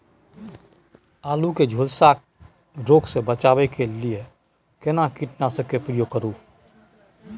आलू के झुलसा रोग से बचाबै के लिए केना कीटनासक के प्रयोग करू